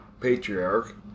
patriarch